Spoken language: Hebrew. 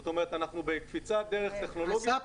זאת אומרת, אנחנו בקפיצת דרך טכנולוגית.